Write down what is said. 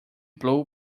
blue